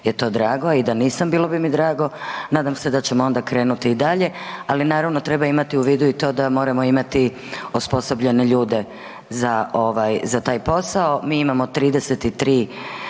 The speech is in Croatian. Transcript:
je to drago i da nisam bilo bi mi drago, nadam se da ćemo onda krenuti dalje, ali naravno moramo treba imati u vidu i to da moramo imati osposobljene ljude za taj posao. Mi imamo 33